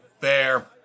Fair